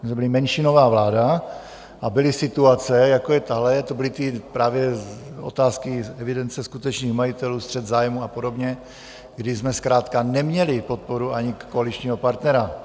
My jsme byli menšinová vláda a byly situace, jako je tahle, to byly právě otázky evidence skutečných majitelů, střet zájmů a podobně, kdy jsme zkrátka neměli podporu ani koaličního partnera.